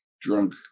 drunk